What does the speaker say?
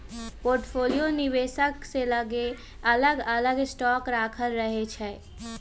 portfolio निवेशक के लगे अलग अलग स्टॉक राखल रहै छइ